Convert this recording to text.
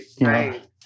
right